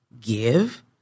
give